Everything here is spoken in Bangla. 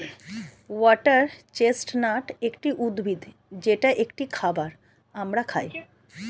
ওয়াটার চেস্টনাট একটি উদ্ভিদ যেটা একটি খাবার আমরা খাই